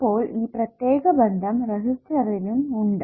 അപ്പോൾ ഈ പ്രത്യേക ബന്ധം റെസിസ്റ്ററിനും ഉണ്ട്